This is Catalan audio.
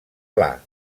pla